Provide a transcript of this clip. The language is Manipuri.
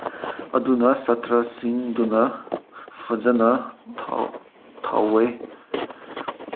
ꯑꯗꯨꯅ ꯁꯥꯇ꯭ꯔꯁꯤꯡꯗꯨꯅ ꯐꯖꯅ ꯊꯧꯋꯥꯏ